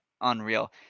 unreal